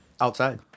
outside